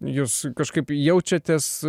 jūs kažkaip jaučiatės